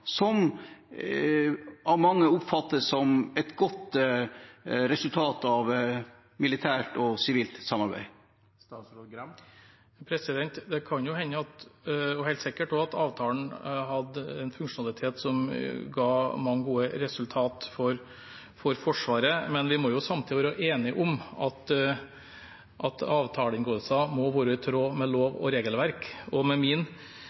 som av mange oppfattes som et godt resultat av militært og sivilt samarbeid? Det kan jo hende – og er også helt sikkert – at avtalen hadde en funksjonalitet som ga mange gode resultater for Forsvaret, men vi må jo samtidig være enige om at avtaleinngåelser må være i tråd med lov og regelverk. Med min